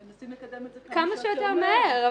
מנסים לקדם את זה כמה שיותר מהר.